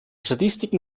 statistiken